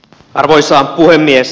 arvoisa puhemies